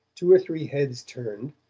two or three heads turned,